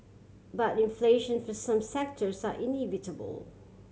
but inflation for some sectors are inevitable